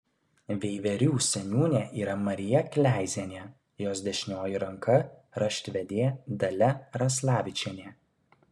veiverių seniūnė yra marija kleizienė jos dešinioji ranka raštvedė dalia raslavičienė